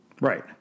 Right